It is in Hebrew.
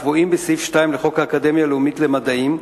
הקבועים בסעיף 2 לחוק האקדמיה הלאומית למדעים,